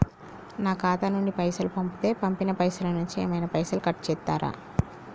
నా ఖాతా నుండి పైసలు పంపుతే పంపిన పైసల నుంచి ఏమైనా పైసలు కట్ చేత్తరా?